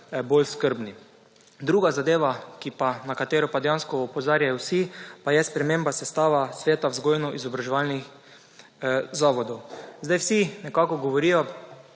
bolj skrbni. Druga zadeva, ki pa, na katero pa dejansko opozarjajo vsi, pa je sprememba sestava sveta vzgojno-izobraževalnih zavodov. Zdaj vsi nekako govorijo